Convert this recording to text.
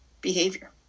behavior